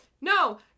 no